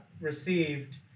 received